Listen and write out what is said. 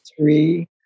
Three